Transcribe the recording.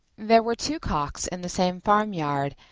there were two cocks in the same farmyard,